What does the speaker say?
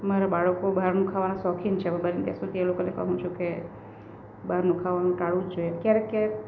મારા બાળકો બહારનું ખાવાના શોખીન છે બને ત્યાં સુધી એ લોકોને કહું છું કે બહારનું ખાવાનું ટાળવું જોઈએ ક્યારેક ક્યારેક